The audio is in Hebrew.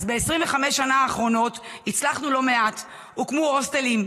ב-25 השנה האחרונות הצלחנו לא מעט: הוקמו הוסטלים,